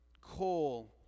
Coal